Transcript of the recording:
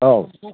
औ